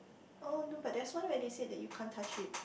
oh no but there's one where they say that you can't touch it